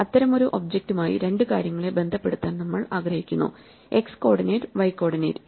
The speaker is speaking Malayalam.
അത്തരമൊരു ഒബ്ജക്റ്റുമായി രണ്ട് കാര്യങ്ങളെ ബന്ധപ്പെടുത്താൻ നമ്മൾ ആഗ്രഹിക്കുന്നു എക്സ് കോർഡിനേറ്റ് വൈ കോർഡിനേറ്റ്